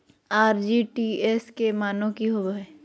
RTGS के माने की होबो है?